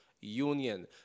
union